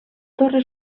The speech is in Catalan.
torre